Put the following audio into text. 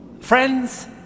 Friends